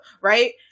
Right